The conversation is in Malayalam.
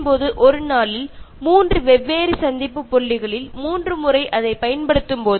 ഇപ്പോൾ നിങ്ങൾ ഒരു പാർട്ടിയിലോ മറ്റോ ആണെങ്കിൽ മൂന്നു സമയങ്ങളിൽ അവരുടെ പേരെടുത്ത് വിളിച്ചു കൊണ്ട് നിങ്ങള്ക്ക് അത് ഉപയോഗിക്കാവുന്നതാണ്